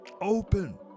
open